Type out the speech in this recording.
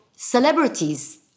Celebrities